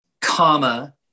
comma